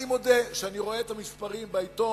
אני מודה, כשאני רואה את המספרים בעיתון,